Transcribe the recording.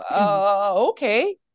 okay